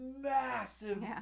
massive